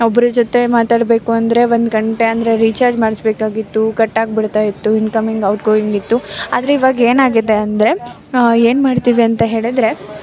ಒಬ್ರ ಜೊತೆ ಮಾತಾಡಬೇಕು ಅಂದರೆ ಒಂದು ಗಂಟೆ ಅಂದರೆ ರೀಚಾರ್ಜ್ ಮಾಡಿಸ್ಬೇಕಾಗಿತ್ತು ಕಟ್ಟಾಗಿ ಬಿಡ್ತಾಯಿತ್ತು ಇನ್ಕಮಿಂಗ್ ಔಟ್ ಗೋಯಿಂಗ್ ಇತ್ತು ಆದರೆ ಈವಾಗ ಏನಾಗಿದೆ ಅಂದರೆ ಏನು ಮಾಡ್ತೀವಿ ಅಂತ ಹೇಳಿದರೆ